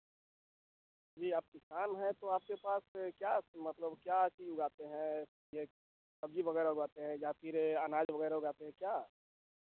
जी आप किसान हैं तो आपके पास क्या मतलब क्या चीज़ उगाते हैं यह सब्ज़ी वगेरह उगाते हैं या फिर अनाज वगेरह उगाते हैं क्या